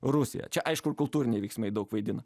rusiją čia aišku kultūriniai vyksmai daug vaidina